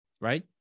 Right